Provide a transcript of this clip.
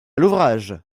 l’ouvrage